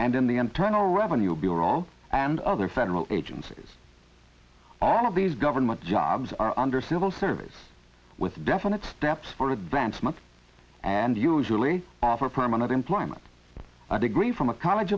and in the internal revenue bureau and other federal agencies all of these government jobs are under civil service with definite steps for advancement and usually after permanent employment a degree from a college